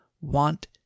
want